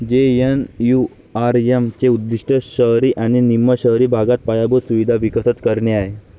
JNNURM चे उद्दीष्ट शहरी आणि निम शहरी भागात पायाभूत सुविधा विकसित करणे आहे